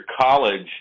college